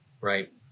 right